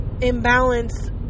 imbalance